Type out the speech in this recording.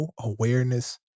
awareness